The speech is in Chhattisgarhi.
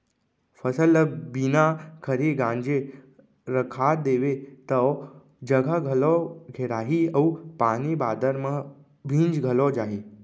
फसल ल बिना खरही गांजे रखा देबे तौ जघा घलौ घेराही अउ पानी बादर म भींज घलौ जाही